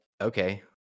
okay